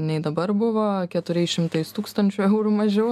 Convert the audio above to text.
nei dabar buvo keturiais šimtais tūkstančių eurų mažiau